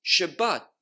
Shabbat